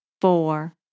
four